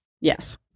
Yes